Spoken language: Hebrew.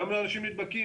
היום אנשים נדבקים.